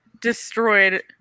destroyed